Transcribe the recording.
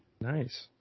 Nice